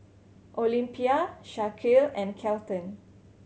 Olympia Shaquille and Kelton